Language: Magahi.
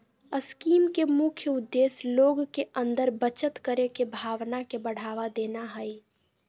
स्कीम के मुख्य उद्देश्य लोग के अंदर बचत करे के भावना के बढ़ावा देना हइ